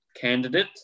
candidate